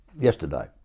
yesterday